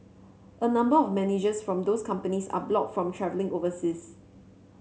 a number of managers from those companies are blocked from travelling overseas